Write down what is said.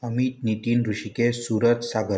Amit Nitin Rishikesh Surat Sagar